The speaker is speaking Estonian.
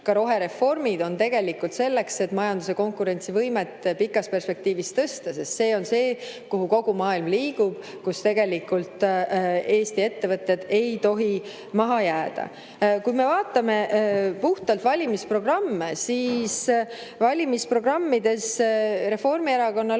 Ka rohereformid on tegelikult selleks, et majanduse konkurentsivõimet pikas perspektiivis tõsta, sest see on see, kuhu kogu maailm liigub, kus tegelikult Eesti ettevõtted ei tohi maha jääda. Kui me vaatame puhtalt valimisprogramme, siis valimisprogrammides Reformierakonna lubadused